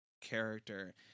character